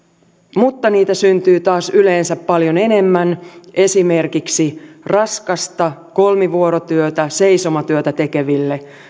mutta niitä syntyy taas yleensä paljon enemmän esimerkiksi raskasta kolmivuorotyötä seisomatyötä tekeville